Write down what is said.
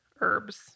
herbs